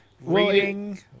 reading